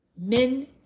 men